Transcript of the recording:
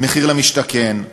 מחיר למשתכן,